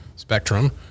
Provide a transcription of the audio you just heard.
Spectrum